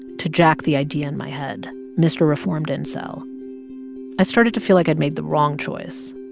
to jack, the idea in my head mr. reformed incel i started to feel like i'd made the wrong choice,